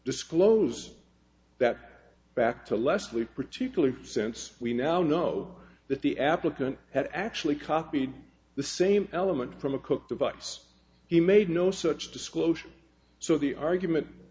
disclose that back to leslie particularly since we now know that the applicant had actually copied the same element from a cook the books he made no such disclosure so the argument